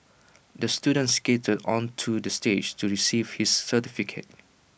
the student skated onto the stage to receive his certificate